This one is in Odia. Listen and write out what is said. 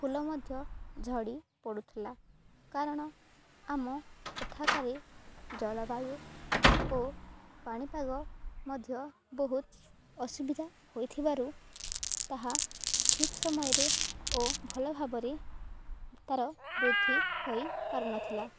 ଫୁଲ ମଧ୍ୟ ଝଡ଼ି ପଡ଼ୁଥିଲା କାରଣ ଆମ ଏଠାକାରେ ଜଳବାୟୁ ଓ ପାଣିପାଗ ମଧ୍ୟ ବହୁତ ଅସୁବିଧା ହୋଇଥିବାରୁ ତାହା ଠିକ୍ ସମୟରେ ଓ ଭଲ ଭାବରେ ତାର ବୃଦ୍ଧି ହୋଇପାରୁ ନଥିଲା